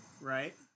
Right